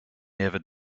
never